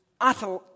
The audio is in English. utter